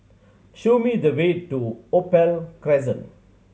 show me the way to Opal Crescent